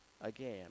again